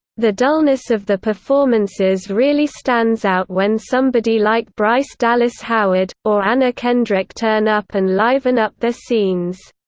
the dullness of the performances really stands out when somebody like bryce dallas howard, or anna kendrick turn up and liven up their scenes.